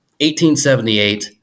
1878